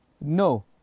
No